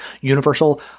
universal